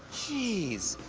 jeez!